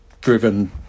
driven